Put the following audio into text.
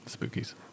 spookies